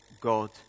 God